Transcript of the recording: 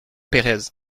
pérez